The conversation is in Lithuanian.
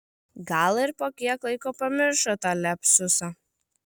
gal ir po kiek laiko pamiršo tą liapsusą